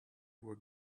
were